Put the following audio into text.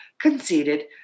conceded